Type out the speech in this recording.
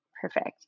Perfect